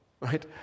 right